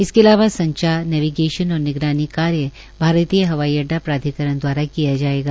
इसके अलावा संचार नेविगेशन और निगरानी कार्य भारतीय हवाई अड्डा प्राधिकरण दवारा किया जायेगा